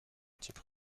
titre